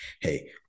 hey